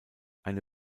eine